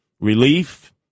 relief